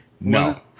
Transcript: No